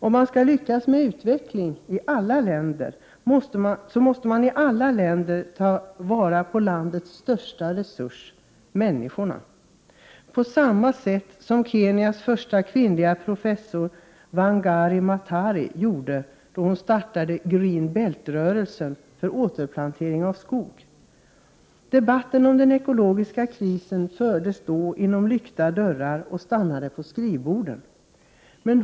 Om man skall lyckas med utveckling i alla länder, måste man i alla länder ta till vara landets största resurs: människorna. På samma sätt som Kenyas första kvinnliga professor Wangari Maathari gjorde då hon startade Green Belt-rörelsen för återplantering av skog. Debatten om den ekologiska krisen fördes då inom lyckta dörrar och stannade på skrivborden.